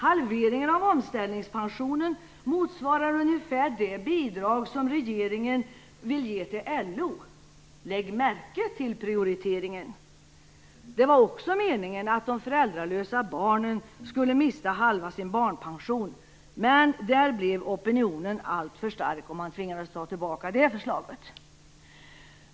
Halveringen av omställningspensionen motsvarar ungefär det bidrag som regeringen vill ge till LO. Lägg märke till prioriteringen! Det var också meningen att de föräldralösa barnen skulle mista halva sin barnpension, men där blev opinionen alltför stark, och man tvingades att ta tillbaka det förslaget.